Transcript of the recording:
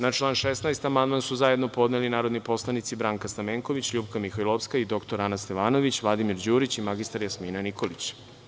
Na član 16. amandman su zajedno podneli narodni poslanici Branka Stamenković, LJupka Mihajlovska, dr Ana Stevanović, Vladimir Đurić i mr Jasmina Nikolić.